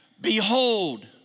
Behold